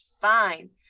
fine